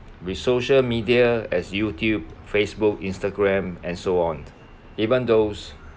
with social media as YouTube Facebook Instagram and so on even those